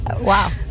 Wow